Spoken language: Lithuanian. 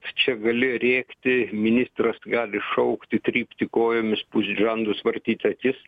čia gali rėkti ministras gali šaukti trypti kojomis pūst žandus vartyt akis